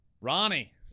Ronnie